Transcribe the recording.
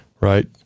right